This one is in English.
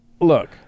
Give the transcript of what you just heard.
look